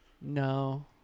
No